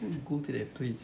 who would go to that place